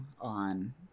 on